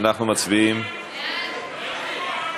אנחנו מצביעים.